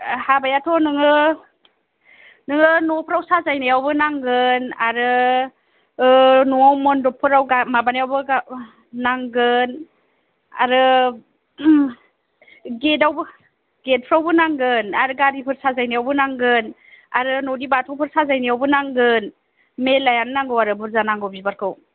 हाबायाथ' नोङो नों न'फोराव साजायनायावबो नांगोन आरो न'आव मन्द'पफोराव माबानायावबो नांगोन आरो गेटआवबो गेटफ्रावबो नांगोन आरो गारिफोर साजायनायावबो नांगोन आरो न'नि बाथौफोर साजायनायावबो नांगोन मेरलायानो नांगौ आरो बुरजा नांगौ बिबारखौ